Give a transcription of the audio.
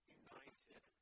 united